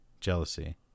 jealousy